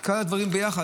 עם כלל הדברים יחד,